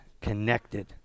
connected